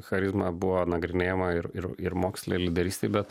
charizma buvo nagrinėjama ir ir ir moksle lyderystėj bet